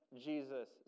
Jesus